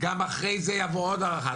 אחרי זה יבואו לבקש עוד הארכה,